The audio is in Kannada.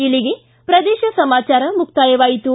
ಇಲ್ಲಿಗೆ ಪ್ರದೇಶ ಸಮಾಚಾರ ಮುಕ್ತಾಯವಾಯಿತು